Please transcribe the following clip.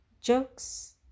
jokes